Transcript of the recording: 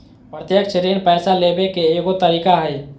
प्रत्यक्ष ऋण पैसा लेबे के एगो तरीका हइ